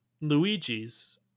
Luigi's